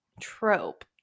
Trope